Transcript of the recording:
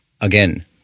again